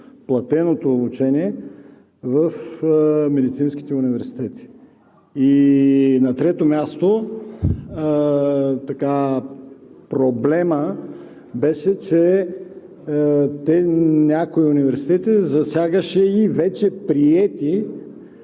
платеното обучение в медицинските университети. На трето място, проблемът беше, че в някои университети засягаше и вече приети